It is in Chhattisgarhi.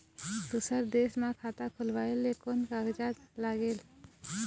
दूसर देश मा खाता खोलवाए ले कोन कागजात लागेल?